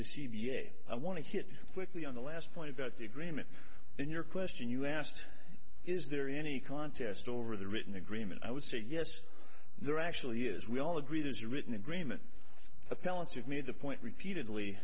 a i want to hit quickly on the last point about the agreement in your question you asked is there any contest over the written agreement i would say yes there actually is we all agree there's a written agreement appellants you've made the point repeatedly